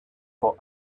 for